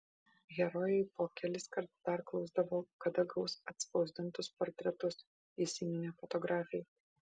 herojai po keliskart perklausdavo kada gaus atspausdintus portretus įsiminė fotografei